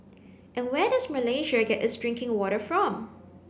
and where does Malaysia get its drinking water from